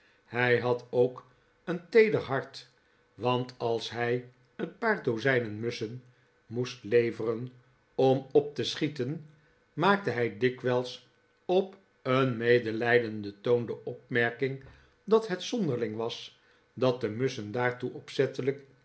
hij had ook een teeder hart want als hij een paar dozijnen musschen moest leveren om op te schieten maakte hij dikwijls op een medelijdenden toon de opmerking dat het zonderling was dat de musschen daartoe opzettelijk